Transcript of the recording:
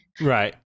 Right